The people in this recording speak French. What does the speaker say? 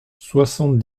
soixante